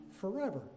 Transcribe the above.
forever